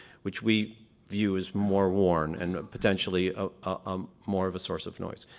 which we use more worn and potentially ah um more of a source of noise.